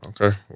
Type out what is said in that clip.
Okay